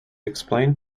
explain